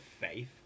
faith